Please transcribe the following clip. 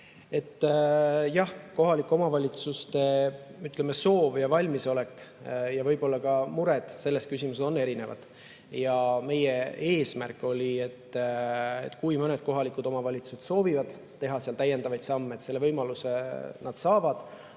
Jah, kohalike omavalitsuste soovid ja valmisolek ja võib-olla ka mured selles küsimuses on erinevad. Meie eesmärk oli, et kui mõned kohalikud omavalitsused soovivad teha täiendavaid samme, siis selle võimaluse nad saavad.